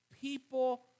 People